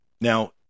Now